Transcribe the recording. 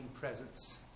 presence